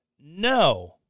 No